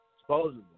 supposedly